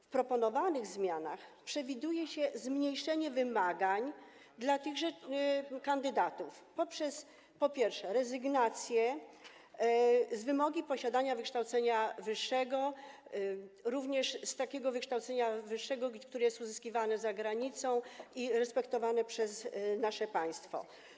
W proponowanych zmianach przewiduje się zmniejszenie wymagań dla tychże kandydatów poprzez przede wszystkim rezygnację z wymogu posiadania wykształcenia wyższego, również z takiego wykształcenia wyższego, które jest uzyskiwane za granicą i respektowane przez nasze państwo.